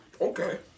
Okay